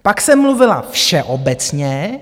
Pak jsem mluvila všeobecně.